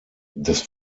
des